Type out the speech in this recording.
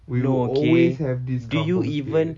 we will always have this kampung spirit